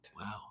Wow